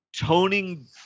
toning